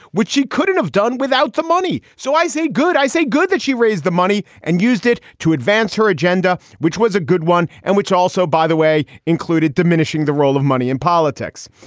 which she couldn't have done without the money. so i say good. i say good that she raised the money and used it to advance her agenda, which was a good one, and which also, by the way, included diminishing the role of money in politics.